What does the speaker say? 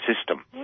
system